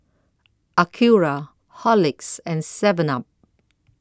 Acura Horlicks and Seven up